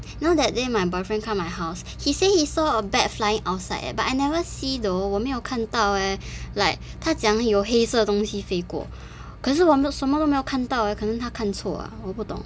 know that day my boyfriend come my house he said he saw a bat flying outside eh but I never see though 我没有看到 eh like 他讲有黑色东西飞过可是我什么都没有看到啊可能他看错我不懂